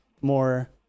more